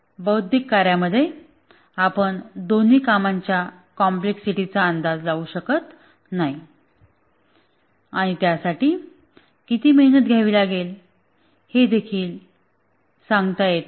बौद्धिक कार्यामध्ये आपण दोन्ही कामांच्या कॉम्प्लेक्सिटीचा अंदाज लावू शकत नाही आणि त्यासाठी किती मेहनत घ्यावी लागेल हेदेखील सांगता येत नाही